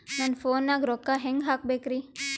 ನನ್ನ ಫೋನ್ ನಾಗ ರೊಕ್ಕ ಹೆಂಗ ಹಾಕ ಬೇಕ್ರಿ?